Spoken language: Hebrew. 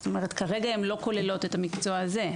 זאת אומרת כרגע הן לא כוללות את המקצוע הזה,